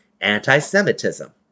anti-Semitism